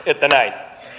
että näin